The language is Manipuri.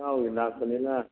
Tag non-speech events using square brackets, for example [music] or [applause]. [unintelligible] ꯂꯥꯛꯄꯅꯤꯅ